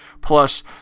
Plus